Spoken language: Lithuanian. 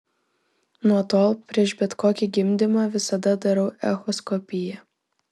nuo tol prieš bet kokį gimdymą visada darau echoskopiją